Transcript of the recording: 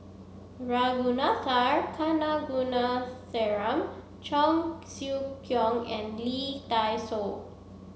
Ragunathar Kanagasuntheram Cheong Siew Keong and Lee Dai Soh